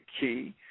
key